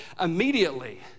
immediately